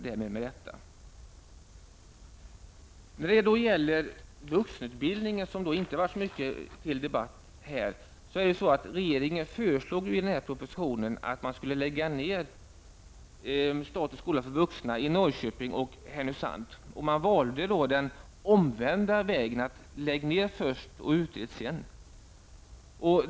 När det då gäller vuxenutbildningen, som inte har debatterats särskilt mycket här i dag, föreslår regeringen i propositionen att man skall lägga ner statens skola för vuxna i Norrköping och Härnösand. Man har valt den omvända vägen att först lägga ner och sedan utreda.